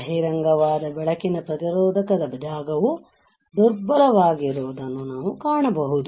ಬಹಿರಂಗವಾಗದ ಬೆಳಕಿನ ಪ್ರತಿರೋಧಕದ ಜಾಗವು ದುರ್ಬಲವಾಗಿರುವುದನ್ನು ನಾವು ಕಾಣಬಹುದು